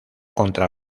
contra